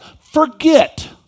Forget